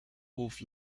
wolf